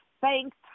thanks